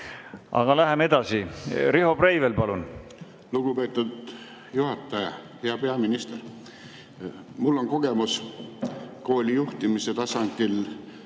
Aga läheme edasi. Riho Breivel, palun! Lugupeetud juhataja! Hea peaminister! Mul on kogemus kooli juhtimise tasandil